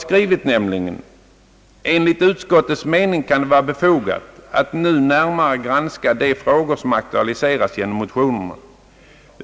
Utskottet skrev: »Enligt utskottets mening kan det vara befogat att nu närmare granska de frågor som aktualiserats genom motionerna.